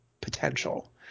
potential